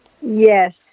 Yes